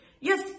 yes